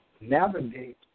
navigate